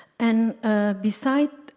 and besides